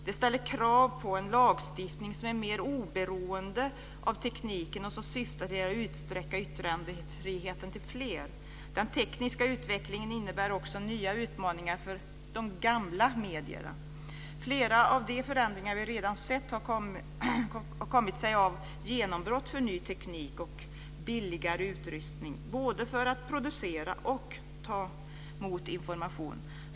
Det ställer krav på en lagstiftning som är mer oberoende av tekniken och som syftar till att utsträcka yttrandefriheten till fler. Den tekniska utvecklingen innebär också nya utmaningar för de "gamla" medierna. Flera av de förändringar vi redan sett har kommit sig av genombrott för ny teknik och billigare utrustning både för att producera och för att ta emot information.